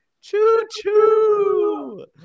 Choo-choo